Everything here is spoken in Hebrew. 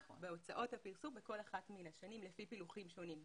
בהוצאות הפרסום בכל אחת מן השנים לפי פילוחים שונים,